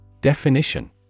Definition